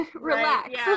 relax